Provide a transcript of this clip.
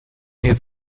his